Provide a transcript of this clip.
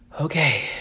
Okay